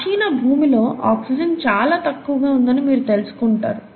ప్రాచీన భూమిలో ఆక్సిజన్ చాలా తక్కువగా ఉందని మీరు తెలుసుకుంటారు